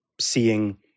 seeing